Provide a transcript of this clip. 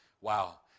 Wow